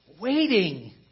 waiting